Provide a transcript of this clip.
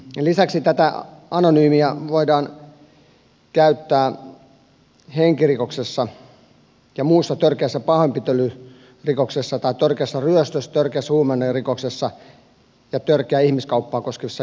lisäksi tätä anonyymiä todistelua voidaan käyttää henkirikoksissa ja muissa törkeissä pahoinpitelyrikoksissa tai törkeässä ryöstössä törkeässä huumausainerikoksessa ja törkeää ihmiskauppaa koskevissa jutuissa